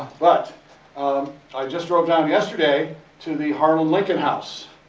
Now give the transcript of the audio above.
but um i just drove down yesterday to the harlan lincoln house.